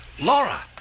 Laura